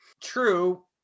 True